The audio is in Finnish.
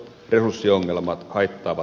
arvoisa puhemies